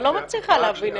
אני לא מצליחה להבין את זה.